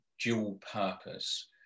dual-purpose